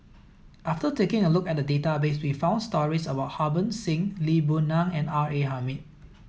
after taking a look at the database we found stories about Harbans Singh Lee Boon Ngan and R A Hamid